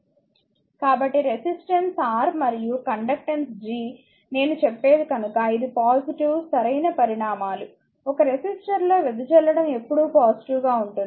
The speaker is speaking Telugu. కాబట్టి రెసిస్టెన్స్ R మరియు కండక్టెన్స్ G నేను చెప్పేది కనుక ఇది పాజిటివ్ సరైన పరిమాణాలు ఒక రెసిస్టర్లో వెదజల్లడం ఎల్లప్పుడూ పాజిటివ్ గా ఉంటుంది